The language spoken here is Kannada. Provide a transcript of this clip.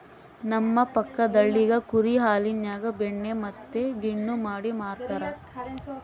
ನಮ್ಮ ಪಕ್ಕದಳ್ಳಿಗ ಕುರಿ ಹಾಲಿನ್ಯಾಗ ಬೆಣ್ಣೆ ಮತ್ತೆ ಗಿಣ್ಣು ಮಾಡಿ ಮಾರ್ತರಾ